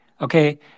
okay